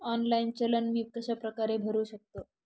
Online challan मी कशाप्रकारे भरु शकतो?